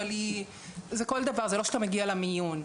אבל זה לא שאתה מגיע למיון.